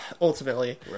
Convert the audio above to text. ultimately